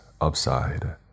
upside